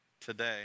today